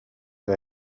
que